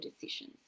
decisions